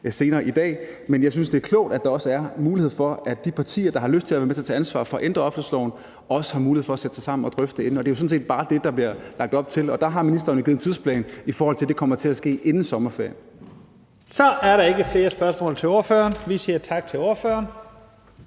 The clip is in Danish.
senere i dag. Men jeg synes, det er klogt, at der også er mulighed for, at de partier, der har lyst til at være med til at tage ansvar for at ændre offentlighedsloven, også har mulighed for at sætte sig sammen og drøfte det inden, og det er jo sådan set bare det, der bliver lagt op til, og der har ministeren jo givet en tidsplan, i forhold til at det kommer til at ske inden sommerferien. Kl. 12:02 Første næstformand (Leif Lahn Jensen): Så er der ikke flere